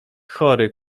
chory